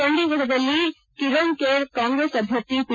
ಚಂಡೀಘಡದಲ್ಲಿ ಕಿರೋನ್ಕೆರ್ ಕಾಂಗ್ರೆಸ್ ಅಭ್ಯರ್ಥಿ ಪಿ